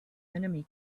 enemy